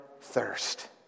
thirst